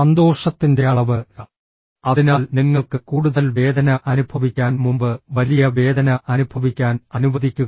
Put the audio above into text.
സന്തോഷത്തിന്റെ അളവ് അതിനാൽ നിങ്ങൾക്ക് കൂടുതൽ വേദന അനുഭവിക്കാൻ മുമ്പ് വലിയ വേദന അനുഭവിക്കാൻ അനുവദിക്കുക